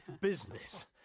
Business